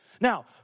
Now